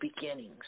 beginnings